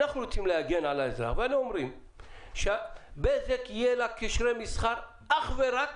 אנחנו רוצים להגן על האזרח ואנחנו אומרים שלבזק יהיו קשרי מסחר אך ורק